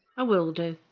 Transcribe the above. i will do.